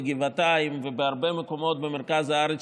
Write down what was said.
בגבעתיים ובהרבה מקומות במרכז הארץ,